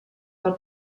del